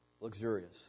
luxurious